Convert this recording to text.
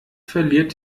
verliert